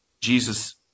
Jesus